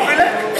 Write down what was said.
הוא לא חילק?